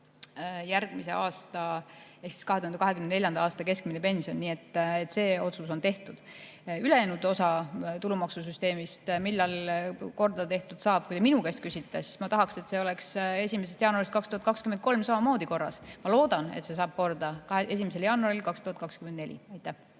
selleks summaks olema 2024. aasta keskmine pension. Nii et see otsus on tehtud. Ülejäänud osa tulumaksusüsteemist, millal see korda tehtud saab? Kui te minu käest küsite, siis ma tahaksin, et see oleks 1. jaanuarist 2023 samamoodi korras. Ma loodan, et see saab korda 1. jaanuaril 2024. Jah,